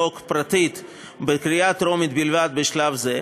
החוק הפרטית בקריאה טרומית בלבד בשלב זה,